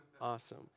Awesome